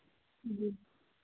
जी